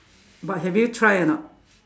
but have you tried or not